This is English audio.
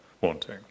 wanting